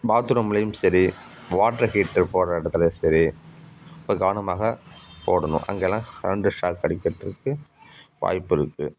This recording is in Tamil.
பாத்ரூம்லையும் சரி வாட்டர் ஹீட்டர் போடுற இடத்துலயும் சரி இப்போ கவனமாக போடணும் அங்கெல்லாம் கரண்டு ஷாக் அடிக்கிறதுக்கு வாய்ப்பு இருக்குது